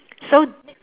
so